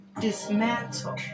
dismantle